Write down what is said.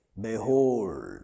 Behold